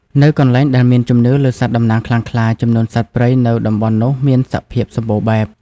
នៅកន្លែងដែលមានជំនឿលើសត្វតំណាងខ្លាំងក្លា ចំនួនសត្វព្រៃនៅតំបន់នោះមានសភាពសំបូរបែប។